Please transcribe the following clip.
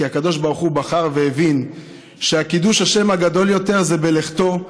כי הקדוש ברוך הוא בחר והבין שקידוש השם הגדול יותר זה בלכתו,